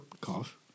Cough